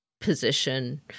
position